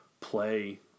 play